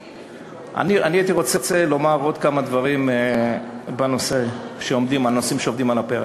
אני הייתי רוצה לומר עוד כמה דברים על הנושאים העומדים על הפרק.